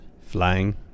Flying